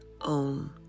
own